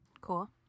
Cool